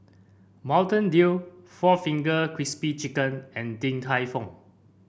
Mountain Dew four Finger Crispy Chicken and Din Tai Fung